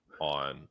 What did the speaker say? on